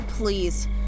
Please